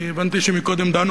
אני הבנתי שקודם דנו